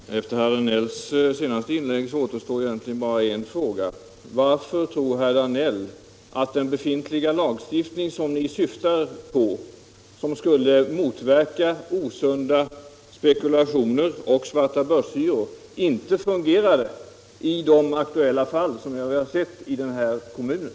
Herr talman! Efter herr Danells senaste inlägg återstår egentligen bara en fråga: Varför tror herr Danell att den befintliga lagstiftning som ni syftar på, som skulle motverka osunda spekulationer och svartabörshyror, inte fungerat i de aktuella fall som vi har sett i den här kommunen?